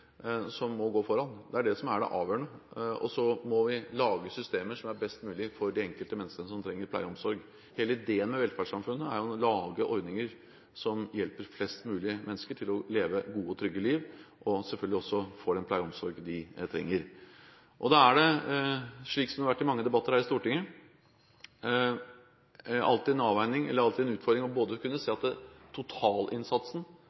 som må gå foran. Det er det som er det avgjørende. Så må vi lage systemer som er best mulig for de enkelte menneskene som trenger pleie og omsorg. Hele ideen med velferdssamfunnet er jo å lage ordninger som hjelper flest mulig mennesker til å leve et godt og trygt liv og selvfølgelig få den pleie og omsorg de trenger. Som det har vært i mange debatter her i Stortinget, ligger det alltid en utfordring i at totalinnsatsen er